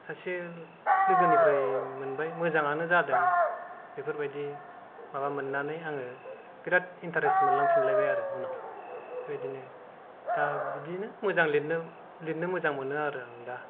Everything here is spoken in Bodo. सासे लोगोनिफ्राय मोनबाय मोजाङानो जादों बेफोरबादि माबा मोन्नानै आङो बिराट इन्टारेस्ट मोनलांफिनलायबाय आरो उनाव बेबादिनो दा बिदिनो मोजां लेरनो मोजां मोनो आरो आं दा